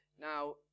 Now